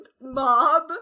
mob